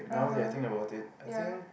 (uh huh) yeah